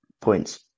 points